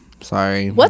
sorry